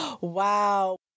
Wow